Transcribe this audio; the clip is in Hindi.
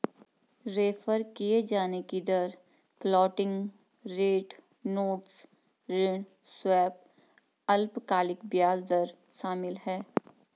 रेफर किये जाने की दर फ्लोटिंग रेट नोट्स ऋण स्वैप अल्पकालिक ब्याज दर शामिल है